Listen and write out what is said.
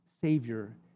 Savior